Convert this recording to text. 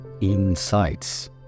insights